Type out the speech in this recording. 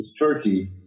Turkey